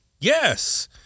Yes